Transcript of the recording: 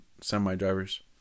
semi-drivers